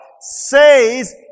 Says